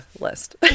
list